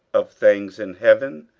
of things in heaven,